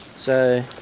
so,